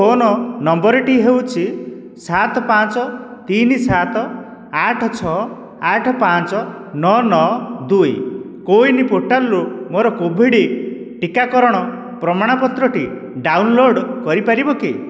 phone ନମ୍ବରଟି ହେଉଛି ସାତ ପାଞ୍ଚ ତିନି ସାତ ଆଠ ଛଅ ଆଠ ପାଞ୍ଚ ନଅ ନଅ ଦୁଇ କୋ ୱିନ୍ ପୋର୍ଟାଲ୍ରୁ ମୋ'ର କୋଭିଡ଼୍ ଟିକାକରଣ ପ୍ରମାଣପତ୍ରଟି ଡାଉନଲୋଡ଼୍ କରିପାରିବ କି